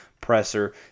presser